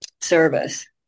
service